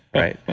right?